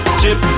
chip